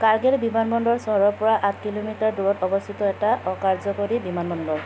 কাৰ্গিল বিমানবন্দৰ চহৰৰ পৰা আঠ কিলোমিটাৰ দূৰত অৱস্থিত এটা অকাৰ্য্যকৰী বিমানবন্দৰ